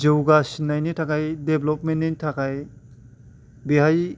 जौगासिननायनि थाखाय डेभ्लपमेन्टनि थाखाय बेहाय